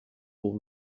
will